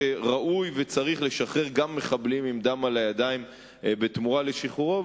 ושראוי וצריך לשחרר גם מחבלים עם דם על הידיים בתמורה לשחרורו.